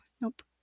nope